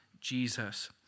Jesus